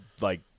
like-